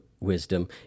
wisdom